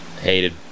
hated